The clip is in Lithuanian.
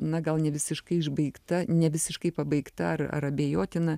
na gal nevisiškai išbaigta ne visiškai pabaigta ar ar abejotina